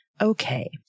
Okay